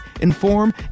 inform